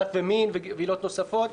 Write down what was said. דת ומין ועילות נוספות,